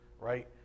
right